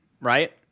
right